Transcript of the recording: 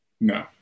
No